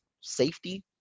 safety